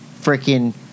freaking